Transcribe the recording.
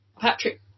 Patrick